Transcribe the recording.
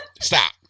Stop